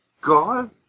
God